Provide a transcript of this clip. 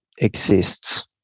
exists